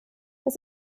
das